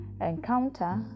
encounter